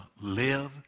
live